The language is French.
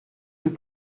tout